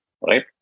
right